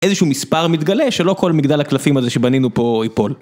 איזשהו מספר מתגלה שלא כל מגדל הקלפים הזה שבנינו פה ייפול.